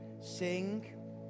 sing